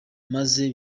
maze